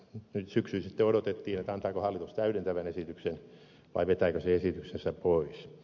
nyt syksyllä sitten odotettiin antaako hallitus täydentävän esityksen vai vetääkö se esityksensä pois